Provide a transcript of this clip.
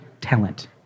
talent